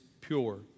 pure